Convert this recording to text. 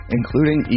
including